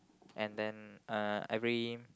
and then uh every